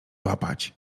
złapać